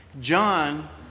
John